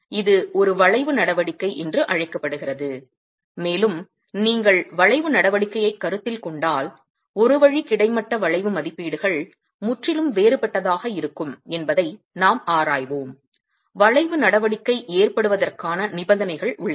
இது ஒரு வளைவு நடவடிக்கை என்று அழைக்கப்படுகிறது மேலும் நீங்கள் வளைவு நடவடிக்கையை கருத்தில் கொண்டால் ஒரு வழி கிடைமட்ட வளைவு மதிப்பீடுகள் முற்றிலும் வேறுபட்டதாக இருக்கும் என்பதை நாம் ஆராய்வோம் வளைவு நடவடிக்கை ஏற்படுவதற்கான நிபந்தனைகள் உள்ளன